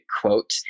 quote